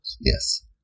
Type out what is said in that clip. Yes